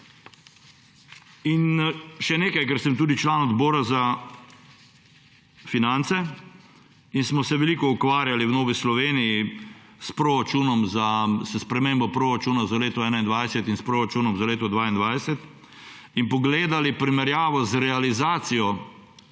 In še nekaj, ker sem tudi član Odbora za finance in smo se veliko ukvarjali v Novi Sloveniji s spremembo proračuna za leto 2021 in s proračunom za leto 2022 in pogledali primerjavo z realizacijo